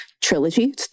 trilogy